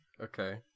Okay